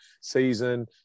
season